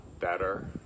better